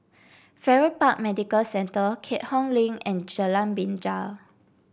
Farrer Park Medical Centre Keat Hong Link and Jalan Binja